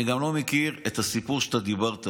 אני גם לא מכיר את הסיפור שאתה דיברת עליו,